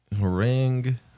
Ring